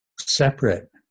separate